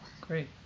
great